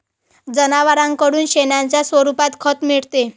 जनावरांकडून शेणाच्या स्वरूपात खत मिळते